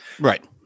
Right